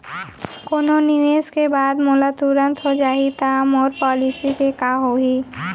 कोनो निवेश के बाद मोला तुरंत हो जाही ता मोर पॉलिसी के का होही?